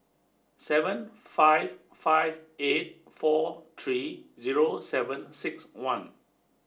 seven five five eight four three zero seven six one